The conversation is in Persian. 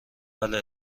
بله